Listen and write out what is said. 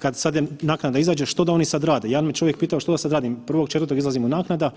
Kad sad naknada što da oni sad rade, jedan me čovjek pitao što da sada radim, 1.4. izlazi mu naknada,